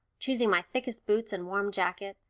choosing my thickest boots and warm jacket,